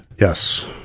Yes